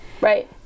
right